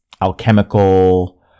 alchemical